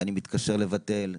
ואני מתקשר לבטל.